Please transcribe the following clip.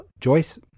Joyce